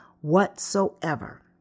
whatsoever